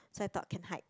so I thought can hide